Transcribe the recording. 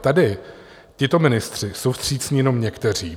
Tady tito ministři jsou vstřícní jenom někteří.